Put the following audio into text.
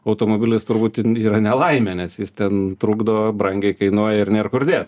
automobilis turbūt yra nelaimė nes jis ten trukdo brangiai kainuoja ir nėr kur dėt